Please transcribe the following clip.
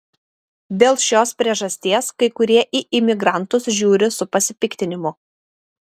dėl šios priežasties kai kurie į imigrantus žiūri su pasipiktinimu